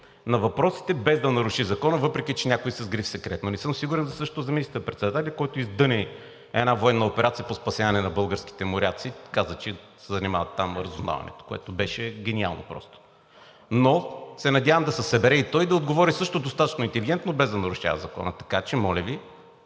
на въпросите, без да наруши закона, въпреки че някои са с гриф „Секретно“. Не съм сигурен същото за министър-председателя, който издъни една военна операция по спасяване на българските моряци – каза, че там се занимава разузнаването, което просто беше гениално, но се надявам да се събере да отговори и той достатъчно интелигентно, без да нарушава закона. Така че, моля Ви,